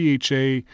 CHA